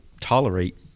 tolerate